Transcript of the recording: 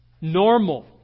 normal